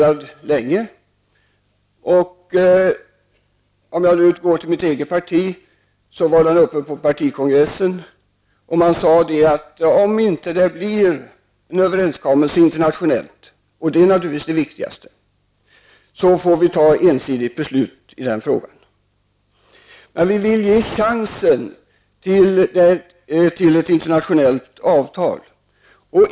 Vad gäller mitt eget parti vill jag framhålla att den här frågan var uppe på partikongressen. Man sade då: Om det inte blir en internationell överenskommelse, och det är naturligtvis viktigast, får vi fatta ett ensidigt beslut i frågan. Men vi vill ge en chans beträffande ett internationellt avtal.